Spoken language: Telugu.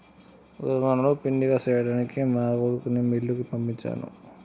గోదుములను పిండిగా సేయ్యడానికి మా కొడుకుని మిల్లుకి పంపించాను